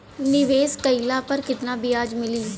निवेश काइला पर कितना ब्याज मिली?